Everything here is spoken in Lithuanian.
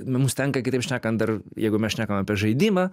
mums tenka kitaip šnekant dar jeigu mes šnekam apie žaidimą